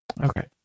Okay